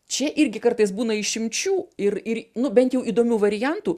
čia irgi kartais būna išimčių ir ir nu bent jau įdomių variantų